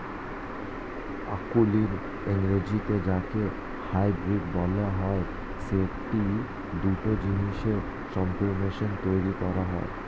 অকুলীন বা ইংরেজিতে যাকে হাইব্রিড বলা হয়, সেটি দুটো জিনিসের সংমিশ্রণে তৈরী করা হয়